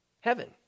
Heaven